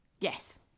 Yes